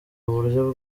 uburyo